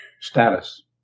status